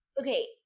Okay